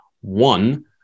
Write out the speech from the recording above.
one